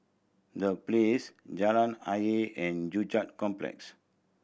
The Place Jalan Ayer and Joo Chiat Complex